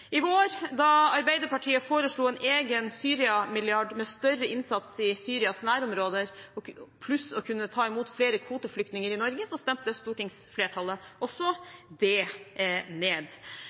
I vår, da Arbeiderpartiet foreslo en egen Syria-milliard med større innsats i Syrias nærområder, pluss å kunne ta imot flere kvoteflyktninger i Norge, stemte stortingsflertallet også det ned.